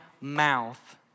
mouth